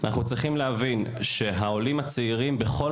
אנחנו צריכים להבין שהעולים הצעירים בכל